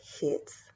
hits